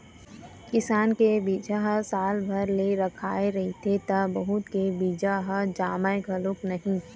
किसान के बिजहा ह साल भर ले रखाए रहिथे त बहुत के बीजा ह जामय घलोक नहि